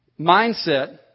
mindset